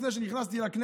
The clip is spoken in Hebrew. לפני שנכנסתי לכנסת,